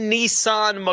Nissan